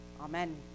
Amen